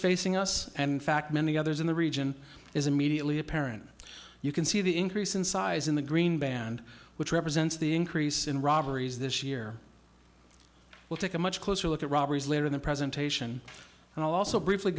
facing us and fact many others in the region is immediately apparent you can see the increase in size in the green band which represents the increase in robberies this year we'll take a much closer look at robberies later in the presentation and also briefly